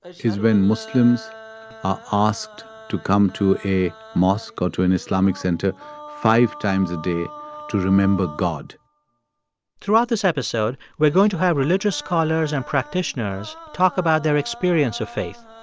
ah is when muslims are asked to come to a mosque or to an islamic center five times a day to remember god throughout this episode, we're going to have religious scholars and practitioners talk about their experience of faith.